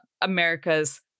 America's